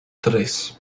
tres